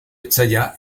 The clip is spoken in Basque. etsaia